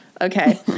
Okay